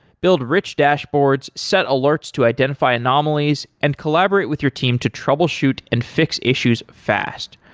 build rich dashboards, set alerts to identify anomalies and collaborate with your team to troubleshoot and fix issues fast.